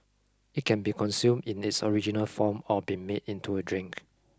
it can be consumed in its original form or be made into a drink